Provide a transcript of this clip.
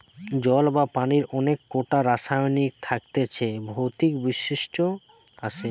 জল বা পানির অনেক কোটা রাসায়নিক থাকতিছে ভৌতিক বৈশিষ্ট আসে